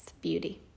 beauty